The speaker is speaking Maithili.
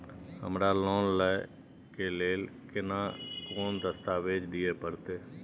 हमरा लोन लय के लेल केना कोन दस्तावेज दिए परतै?